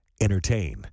Entertain